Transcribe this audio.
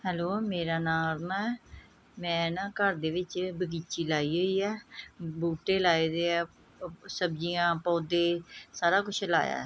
hello ਮੇਰਾ ਨਾਮ ਅਰੁਨਾ ਹੈ ਮੈਂ ਨਾ ਘਰ ਦੇ ਵਿੱਚ ਬਗ਼ੀਚੀ ਲਾਈ ਹੋਈ ਹੈ ਬੂਟੇ ਲਾਏ ਦੇ ਸਬਜ਼ੀਆਂ ਪੌਦੇ ਸਾਰਾ ਕੁਛ ਲਾਇਆ ਹੈ